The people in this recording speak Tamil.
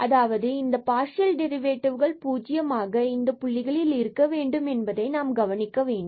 அதாவது இந்த பார்சியல் டெரிவெட்டிவ்கள் 0 ஆக இந்த புள்ளிகளில் இருக்க வேண்டும் என்பதை நாம் கவனிக்க வேண்டும்